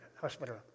hospital